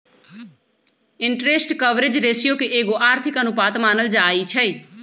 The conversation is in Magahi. इंटरेस्ट कवरेज रेशियो के एगो आर्थिक अनुपात मानल जाइ छइ